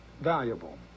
valuable